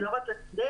זה לא רק לסטודנטים,